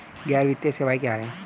गैर वित्तीय सेवाएं क्या हैं?